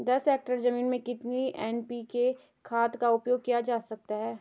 दस हेक्टेयर जमीन में कितनी एन.पी.के खाद का उपयोग किया जाना चाहिए?